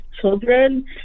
children